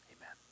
Amen